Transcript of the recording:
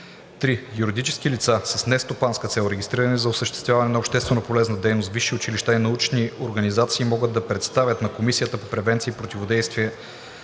3. Юридически лица с нестопанска цел, регистрирани за осъществяване на общественополезна дейност, висши училища и научни организации могат да представят на Комисията по превенция и противодействие